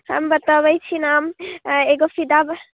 हम बतऽबै छी नाम एगो फिदा बह